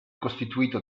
costituito